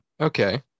Okay